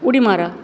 उडी मारा